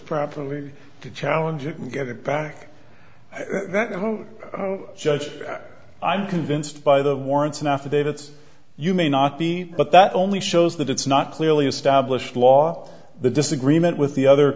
properly to challenge it and get it back that the whole judge i'm convinced by the warrants and affidavits you may not be but that only shows that it's not clearly established law the disagreement with the other